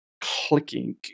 clicking